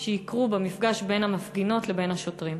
שיקרו במפגש בין המפגינות לבין השוטרים?